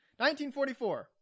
1944